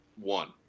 one